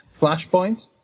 Flashpoint